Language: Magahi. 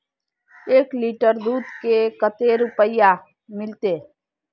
एक लीटर दूध के कते रुपया मिलते?